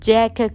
Jack